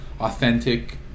authentic